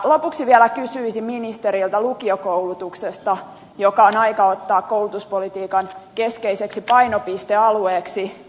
lopuksi vielä kysyisin ministeriltä lukiokoulutuksesta joka on aika ottaa koulutuspolitiikan keskeiseksi painopistealueeksi